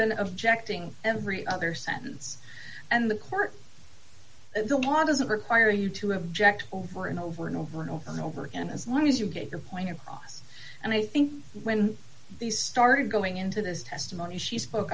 been of jack ting every other sentence and the court the law doesn't require you to object over and over and over and over and over again as long as you get your point across and i think when these started going into this testimony she spoke